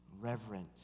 Reverent